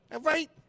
Right